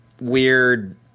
weird